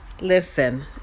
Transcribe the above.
Listen